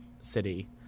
city